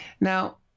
Now